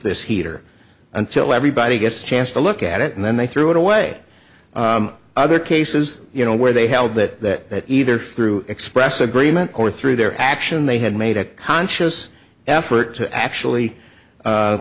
this heat or until everybody gets a chance to look at it and then they threw it away other cases you know where they held that either through express agreement or through their action they had made a conscious effort to actually